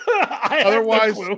Otherwise